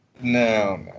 No